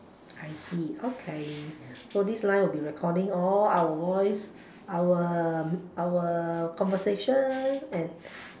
I see okay so this line will be recording all our voice our our conversation and